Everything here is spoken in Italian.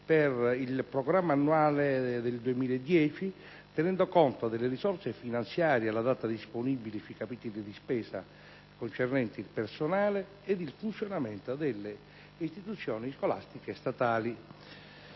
per il programma annuale del 2010 tenendo conto delle risorse finanziarie alla data disponibili sui capitoli di spesa concernenti il personale ed il funzionamento delle istituzioni scolastiche statali.